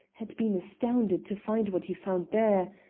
had been astounded to find what he found there,